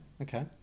Okay